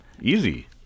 easy